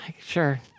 Sure